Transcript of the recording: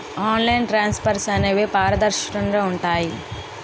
online transfers అనేవి పారదర్శకంగా ఉంటాయి